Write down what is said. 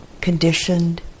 conditioned